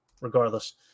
Regardless